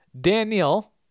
Daniel